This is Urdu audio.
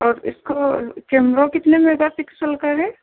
اور اِس کا کیمرا کتنے میگا پکسل کا ہے